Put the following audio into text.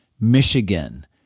Michigan